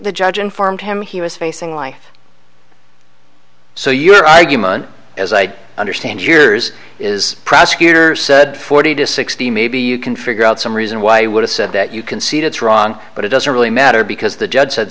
the judge informed him he was facing life so your argument as i understand yours is prosecutor said forty to sixty maybe you can figure out some reason why you would have said that you concede it's wrong but it doesn't really matter because the judge said